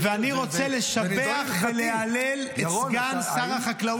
זה נידון הלכתי -- האם זה נקרא עבודה?